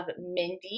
Mindy